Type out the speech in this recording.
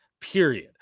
period